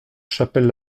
chapelles